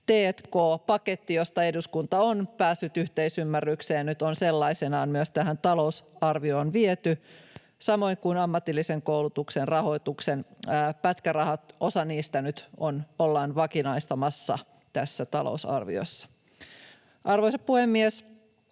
t&k-paketti, josta eduskunta on päässyt yhteisymmärrykseen, on nyt sellaisenaan myös tähän talousarvioon viety. Samoin ammatillisen koulutuksen pätkärahoista osa ollaan nyt vakinaistamassa tässä talousarviossa. Arvoisa puhemies!